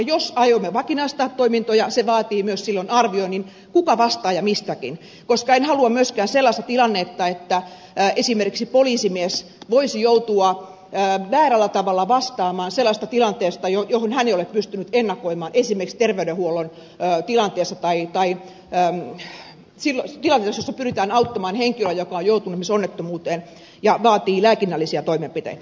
jos aiomme vakinaistaa toimintoja se vaatii myös silloin arvioinnin kuka vastaa ja mistäkin koska en halua myöskään sellaista tilannetta että esimerkiksi poliisimies voisi joutua väärällä tavalla vastaamaan sellaisesta tilanteesta jota hän ei ole pystynyt ennakoimaan esimerkiksi terveydenhuoltotilanteessa tai tilanteessa jossa pyritään auttamaan henkilöä joka on joutunut esimerkiksi onnettomuuteen joka vaatii lääkinnällisiä toimenpiteitä